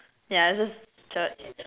yeah just church